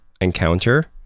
encounter